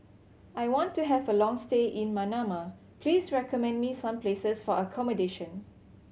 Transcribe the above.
I want to have a long stay in Manama please recommend me some places for accommodation